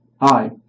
Hi